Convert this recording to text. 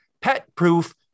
pet-proof